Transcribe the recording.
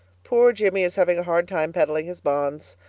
poor jimmie is having a hard time peddling his bonds.